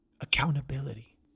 Accountability